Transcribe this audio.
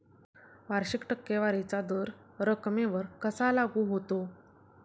वार्षिक टक्केवारीचा दर रकमेवर कसा लागू होतो?